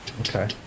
Okay